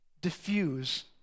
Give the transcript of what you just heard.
diffuse